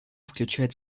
включают